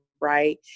right